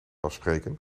afspreken